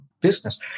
business